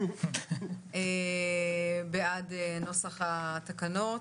בעד נוסח התקנות.